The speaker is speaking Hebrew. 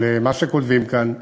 אבל מה שכותבים כאן: